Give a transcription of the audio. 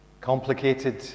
complicated